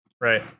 right